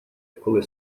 коли